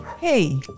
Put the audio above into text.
hey